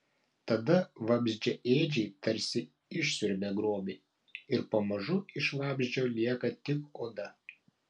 tada vabzdžiaėdžiai tarsi išsiurbia grobį ir pamažu iš vabzdžio lieka tik oda